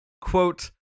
quote